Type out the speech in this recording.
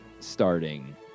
Starting